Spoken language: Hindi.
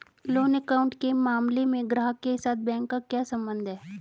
लोन अकाउंट के मामले में ग्राहक के साथ बैंक का क्या संबंध है?